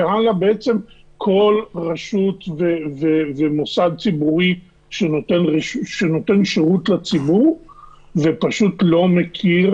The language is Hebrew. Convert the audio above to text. ובעצם כל רשות ומוסד ציבורי שנותן שירות לציבור ולא מכיר